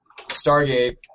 Stargate